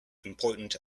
important